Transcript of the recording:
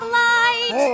light